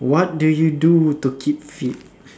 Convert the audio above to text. what do you do to keep fit